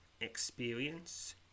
experience